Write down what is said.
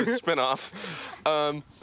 spinoff